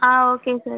ah okay sir